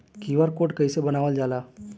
QR code कइसे बनवाल जाला?